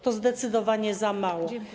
To zdecydowanie za mało.